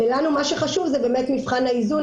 מה שחשוב לנו זה מבחן האיזון.